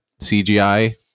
cgi